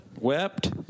Wept